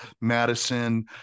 Madison